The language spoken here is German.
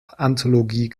anthologie